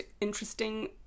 interesting